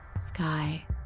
sky